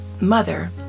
mother